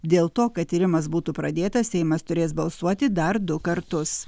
dėl to kad tyrimas būtų pradėtas seimas turės balsuoti dar du kartus